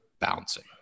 bouncing